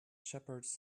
shepherds